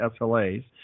SLAs